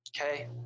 Okay